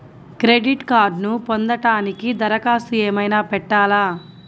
Credit కార్డ్ను పొందటానికి దరఖాస్తు ఏమయినా పెట్టాలా?